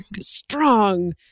Strong